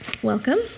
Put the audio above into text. Welcome